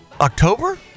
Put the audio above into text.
October